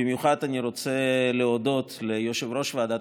במיוחד אני רוצה להודות ליושב-ראש ועדת